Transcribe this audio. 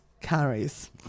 carries